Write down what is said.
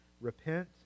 repent